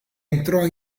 entrò